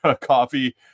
coffee